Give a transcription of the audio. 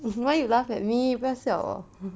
why you laugh at me 不要笑我